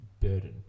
burden